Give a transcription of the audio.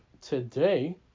today